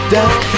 Death